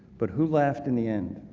but who laughed in the end?